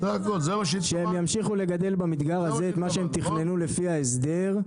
שהם ימשיכו לגדל את מה שהם תכננו לפי ההסדר,